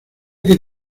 que